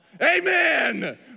Amen